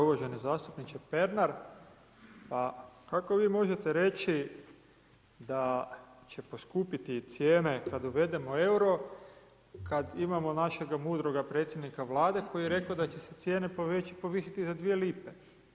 Uvaženi zastupniče Pernar, pa kako vi možete reći da će poskupiti cijene kad uvedemo euro kad imamo našega mudroga predsjednika Vlade koji je rekao da će se cijene povisit za 2 lipe?